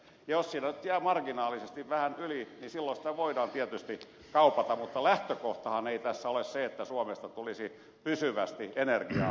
jos siinä nyt jää marginaalisesti vähän yli niin silloin sitä voidaan tietysti kaupata mutta lähtökohtahan tässä ei ole se että suomesta tulisi pysyvästi energiaa vievä